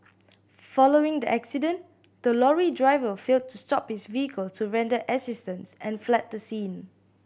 following the accident the lorry driver failed to stop his vehicle to render assistance and fled the scene